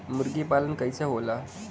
मुर्गी पालन कैसे होला?